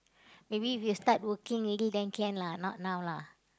maybe if you start working already then can lah not now lah